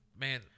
Man